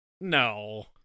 No